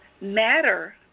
matter